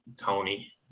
Tony